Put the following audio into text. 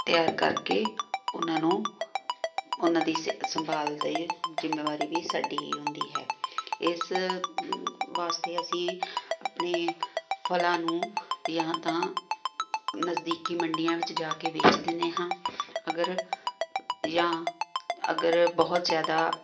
ਤਿਆਰ ਕਰਕੇ ਉਹਨਾਂ ਨੂੰ ਉਹਨਾਂ ਦੀ ਸੇ ਸੰਭਾਲ ਦੇ ਜਿੰਮੇਵਾਰੀ ਵੀ ਸਾਡੀ ਹੀ ਹੁੰਦੀ ਹੈ ਇਸ ਵਾਸਤੇ ਅਸੀਂ ਆਪਣੇ ਫਲਾਂ ਨੂੰ ਜਾਂ ਤਾਂ ਨਜ਼ਦੀਕੀ ਮੰਡੀਆਂ ਵਿੱਚ ਜਾ ਕੇ ਵੇਚਦੇ ਦਿੰਦੇ ਹਾਂ ਅਗਰ ਜਾਂ ਅਗਰ ਬਹੁਤ ਜ਼ਿਆਦਾ